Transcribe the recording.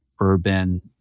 urban